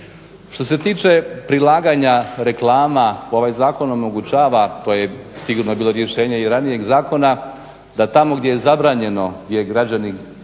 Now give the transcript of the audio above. Što se tiče prilaganja reklama, ovaj zakon omogućava, to je sigurno bilo objašnjenje i ranijeg zakona, da tamo gdje je zabranjeno, gdje građani